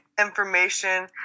information